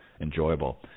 enjoyable